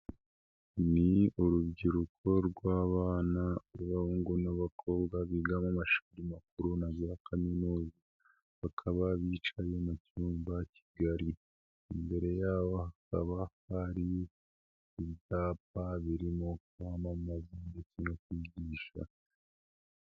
Ni urubyiruko rw'abana b'abahungu n'abakobwa biga mu mashuri makuru na za kaminuza bakaba bicaye mu cyumba kigari, imbere habakaba hari ibitapa birimo kwamamaza ndetse no kwigisha.